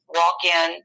walk-in